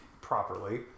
properly